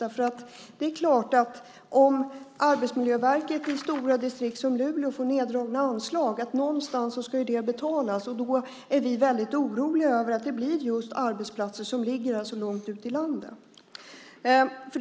Om Arbetsmiljöverket i stora distrikt som Luleå får neddragna anslag ska det betalas någonstans. Vi är väldigt oroliga över att det blir arbetsplatser som ligger långt ut i landet som får göra det.